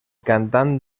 cantant